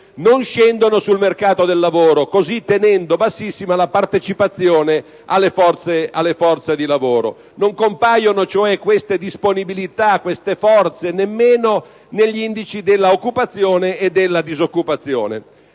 non scendono sul mercato del lavoro, così tenendo bassissima la partecipazione alle forze di lavoro. Queste disponibilità, queste forze, cioè, non compaiono nemmeno negli indici dell'occupazione e della disoccupazione.